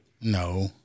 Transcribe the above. No